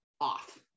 off